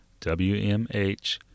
WMH